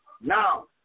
Now